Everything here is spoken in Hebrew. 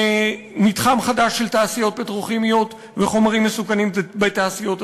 מתחם חדש של תעשיות פטרוכימיות וחומרים מסוכנים בתעשיות הצפון,